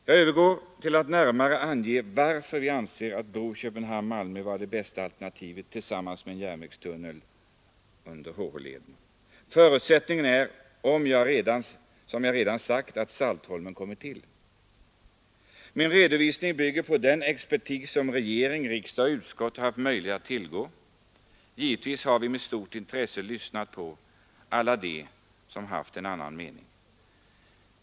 Jag övergår därför till att närmare ange varför vi anser att en bro Köpenhamn-—-Malmö tillsammans med en järnvägstunnel under HH-leden är det bästa alternativet. Förutsättningen är, som jag redan sagt, att flygplatsen på Saltholm kommer till stånd. Min redovisning bygger på uttalanden av den expertis som regeringen, riksdag och utskott haft möjlighet att tillgå. Givetvis har vi också med stort intresse lyssnat på alla dem som haft en annan mening.